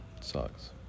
sucks